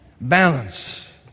balance